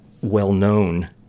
well-known